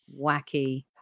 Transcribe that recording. wacky